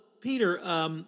Peter